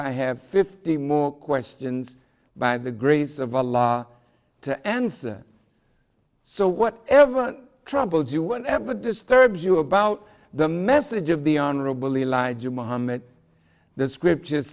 i have fifty more questions by the grace of allah to answer so what ever troubled you whenever disturbs you about the message of the honorable elijah muhammad the script